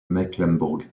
mecklembourg